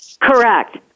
Correct